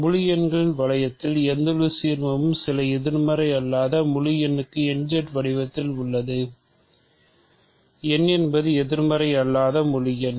முழு எண்ணின் வளையத்தின் எந்தவொரு சீர்மமும் சில எதிர்மறை அல்லாத முழு எண்ணுக்கு n Z வடிவத்தில் உள்ளது n என்பது எதிர்மறை அல்லாத முழு எண்